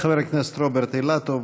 חבר הכנסת רוברט אילטוב,